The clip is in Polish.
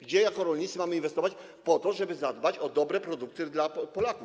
Gdzie jako rolnicy mamy inwestować, po to żeby zadbać o dobre produkty dla Polaków?